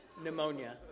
pneumonia